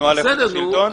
התנועה לאיכות השלטון.